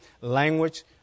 language